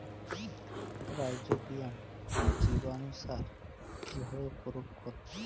Rhizobium জীবানুসার কিভাবে প্রয়োগ করব?